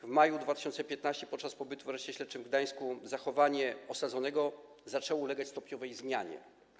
W maju 2015 r. podczas pobytu w Areszcie Śledczym w Gdańsku zachowanie osadzonego zaczęło ulegać stopniowej zmianie.